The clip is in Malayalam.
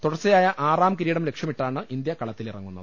തുടർച്ചയായ ആറാം കിരീടം ലക്ഷ്യമിട്ടാണ് ഇന്ത്യ കളത്തിലിറങ്ങുന്നത്